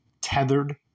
tethered